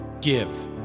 Give